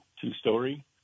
two-story